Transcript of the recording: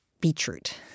beetroot